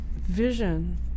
vision